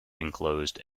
enclosed